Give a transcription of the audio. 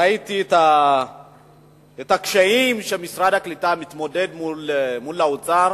וראיתי את הקשיים שמשרד הקליטה מתמודד אתם מול האוצר,